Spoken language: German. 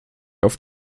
auf